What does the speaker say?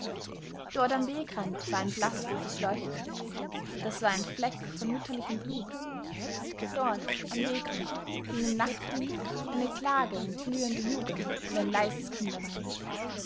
dort am wegrand war ein blaßrotes leuchten das war ein fleck von mütterlichem blut dort am wegrand ging im nachtwind eine klage um blühende jugend und ein leises